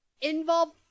involve